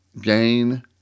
gain